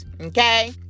okay